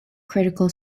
critical